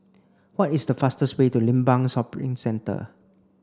what is the fastest way to Limbang Shopping Centre